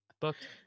Booked